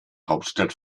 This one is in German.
hauptstadt